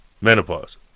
menopause